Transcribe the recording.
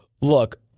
look